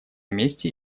месте